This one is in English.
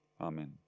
Amen